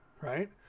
right